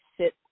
sit